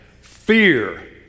fear